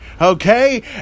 Okay